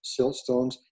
siltstones